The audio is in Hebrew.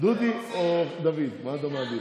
דודי או דוד, מה אתה מעדיף?